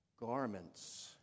garments